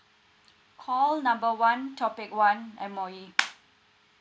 call number one topic one M_O_E